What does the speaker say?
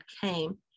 came